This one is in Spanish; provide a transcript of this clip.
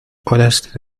horas